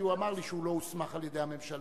כי הוא אמר לי שהוא לא הוסמך על-ידי הממשלה,